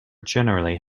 generally